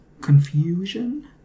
confusion